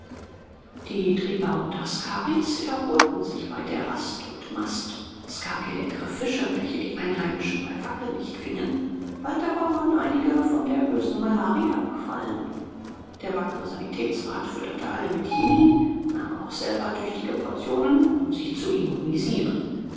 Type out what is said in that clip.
die träger und askaris erholten sich bei der rast und mast es gab hier leckre fische welche die einheimischen bei fackellicht fingen bald aber wurden einige von der bösen malaria befallen der wackre sanitätsrat fütterte alle mit chinin und nahm auch selber tüchtige portionen um sich zu immunisieren